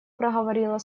проговорила